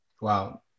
Wow